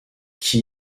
qui